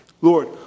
Lord